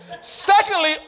secondly